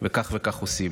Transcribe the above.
וכך וכך עושים.